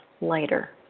lighter